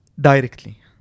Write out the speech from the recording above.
directly